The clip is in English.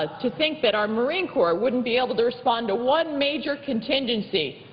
ah to think that our marine corps wouldn't be able to respond to one major contingency.